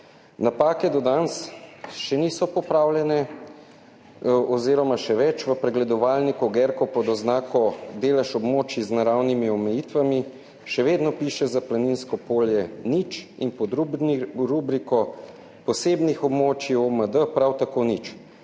Napake do danes še niso popravljene oziroma še več, v pregledovalni ko Gerkov pod oznako delež območij z naravnimi omejitvami še vedno piše za Planinsko polje nič in pod rubriko posebnih območij OMD prav tako nič.